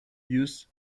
used